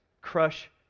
crush